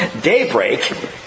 daybreak